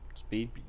Speed